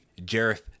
jareth